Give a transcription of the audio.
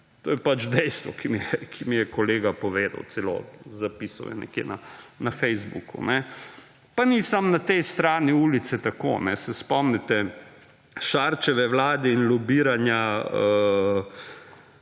To je pač dejstvo, ki mi je kolega povedal, celo zapisal je nekje na Facebooku. Pa ni samo na tej strani ulice tako. Se spomnite Šarčeve Vlade in lobiranja